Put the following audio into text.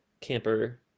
camper